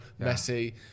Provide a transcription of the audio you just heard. Messi